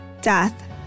death